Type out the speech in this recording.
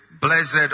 blessed